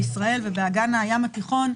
בישראל ובאגן הים התיכון,